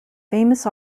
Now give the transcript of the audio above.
famous